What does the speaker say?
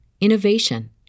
innovation